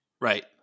Right